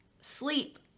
sleep